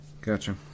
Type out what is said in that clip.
Gotcha